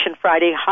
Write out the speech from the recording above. Friday